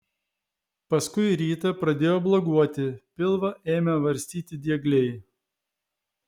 paskui rytą pradėjo bloguoti pilvą ėmė varstyti diegliai